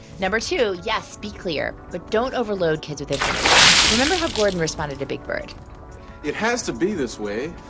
number two yes, be clear, but don't overload kids with information. remember how gordon responded to big bird it has to be this way